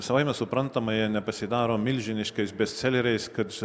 savaime suprantama jie nepasidaro milžiniškais bestseleriais kad